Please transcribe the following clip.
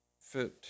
fit